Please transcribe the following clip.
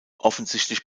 offensichtlich